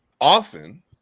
often